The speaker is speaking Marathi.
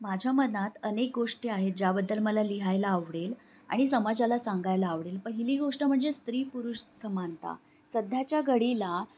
माझ्या मनात अनेक गोष्टी आहेत ज्याबद्दल मला लिहायला आवडेल आणि समाजाला सांगायला आवडेल पहिली गोष्ट म्हणजे स्त्री पुरुष समानता सध्याच्या घडीला